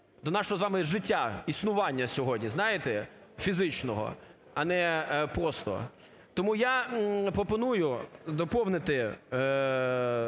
до нашого з вами житті, існування сьогодні, знаєте, фізичного, а не просто. Тому я пропоную доповнити